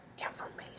information